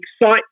excite